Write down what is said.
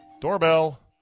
Doorbell